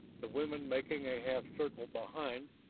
the women making a half circle behind,